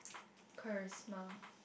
charisma